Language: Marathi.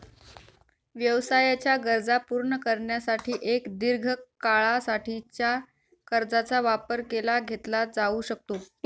व्यवसायाच्या गरजा पूर्ण करण्यासाठी एक दीर्घ काळा साठीच्या कर्जाचा वापर केला घेतला जाऊ शकतो